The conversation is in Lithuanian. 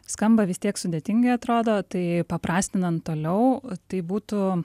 skamba vis tiek sudėtingai atrodo tai paprastinant toliau tai būtų